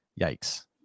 yikes